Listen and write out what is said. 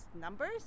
numbers